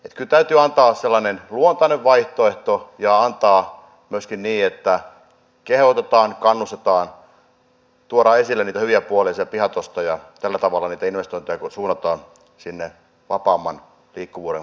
kyllä täytyy antaa sellainen luontainen vaihtoehto ja antaa se myöskin niin että kehotetaan kannustetaan tuodaan esille niitä hyviä puolia siitä pihatosta ja tällä tavalla niitä investointeja suunnataan sinne vapaamman liikkuvuuden puolelle